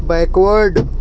backward